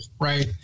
Right